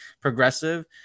progressive